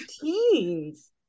teens